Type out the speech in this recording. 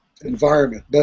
environment